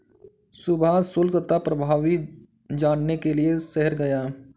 सुभाष शुल्क तथा प्रभावी जानने के लिए शहर गया